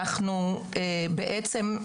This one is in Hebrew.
לפני שהם